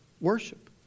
Worship